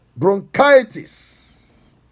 Bronchitis